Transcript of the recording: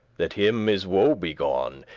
that him is woebegone.